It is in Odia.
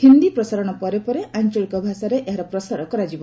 ହିନ୍ଦୀ ପ୍ରସାରଣ ପରେ ପରେ ଆଞ୍ଚଳିକ ଭାଷାରେ ଏହା ପ୍ରସାର କରାଯିବ